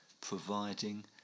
providing